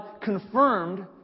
confirmed